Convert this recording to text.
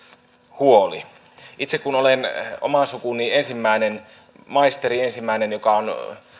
huoli itse kun olen oman sukuni ensimmäinen maisteri ensimmäinen joka on